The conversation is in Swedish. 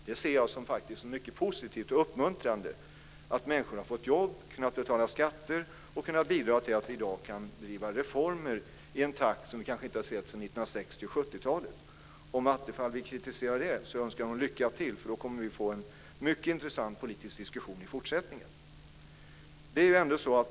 Jag ser det faktiskt som mycket positivt och uppmuntrande att människor har fått jobb, kunnat betala skatter och kunnat bidra till att vi i dag kan driva reformer i en takt som vi kanske inte har sett sedan 1960 och 1970-talen. Om Attefall vill kritisera det önskar jag honom lycka till. Då kommer vi att få en mycket intressant politisk diskussion i fortsättningen.